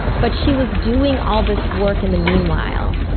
but she was doing all this work in the meanwhile.